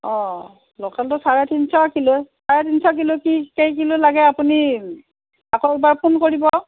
অঁ লোকেলটো চাৰে তিনিশ কিলো চাৰে তিনিশ কিলো কি কেইকিলো লাগে আপুনি আকৌ এবাৰ ফোন কৰিব